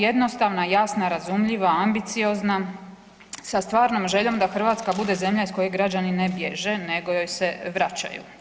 Jednostavna, jasna, razumljiva, ambiciozna sa stvarnom željom da Hrvatska bude zemlja iz koje građani ne bježe nego joj se vraćaju.